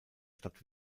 stadt